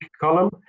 column